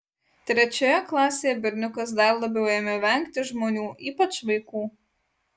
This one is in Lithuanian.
trečioje klasėje berniukas dar labiau ėmė vengti žmonių ypač vaikų